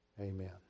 Amen